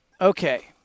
Okay